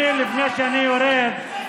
אני, לפני שאני יורד,